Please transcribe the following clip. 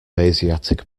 asiatic